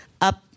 up